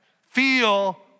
feel